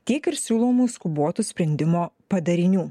tiek ir siūlomų skubotų sprendimo padarinių